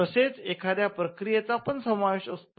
तसेच एखाद्या प्रक्रियेचा पण समावेश असतो